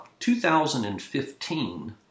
2015